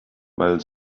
mal